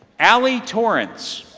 alley torrents